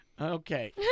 Okay